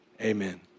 Amen